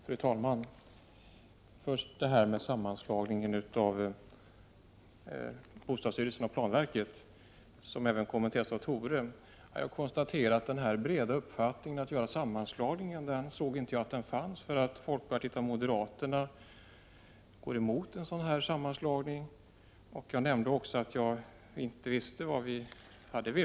Fru talman! Först sammanslagningen av bostadsstyrelsen och planverket, som även kommenterats av Tore Claeson. Jag såg inte att det fanns någon bred uppslutning bakom tanken på sammanslagning. Folkpartiet och moderaterna motsätter sig en sammanslagning. Jag nämnde också att vi inte visste var vi hade vpk.